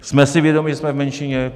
Jsme si vědomi, že jsme v menšině.